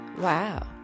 Wow